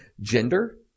gender